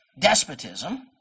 despotism